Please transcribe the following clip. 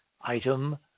item